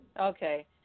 Okay